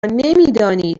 نمیدانید